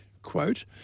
quote